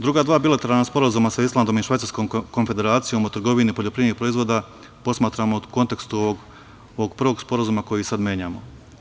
Druga dva bilateralna sporazuma sa Islandom i Švajcarskom konfederacijom o trgovini poljoprivrednih proizvoda posmatramo u kontekstu ovog prvog sporazuma koji sad menjamo.